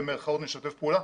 במרכאות נשתף פעולה,